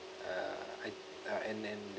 uh I uh and then